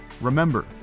remember